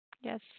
Yes